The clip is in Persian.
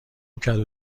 کدو